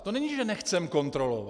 To není, že nechceme kontrolovat.